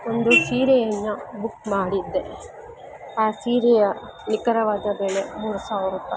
ಒಂದು ಸೀರೆಯನ್ನು ಬುಕ್ ಮಾಡಿದ್ದೆ ಆ ಸೀರೆಯ ನಿಖರವಾದ ಬೆಲೆ ಮೂರು ಸಾವಿರ ರೂಪಾಯ್